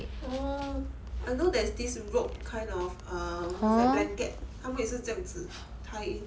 oh I know there's this rope kind of err what's that blanket 他们也是这样子 tie